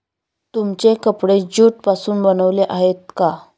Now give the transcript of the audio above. तुमचे कपडे ज्यूट पासून बनलेले आहेत का?